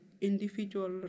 individual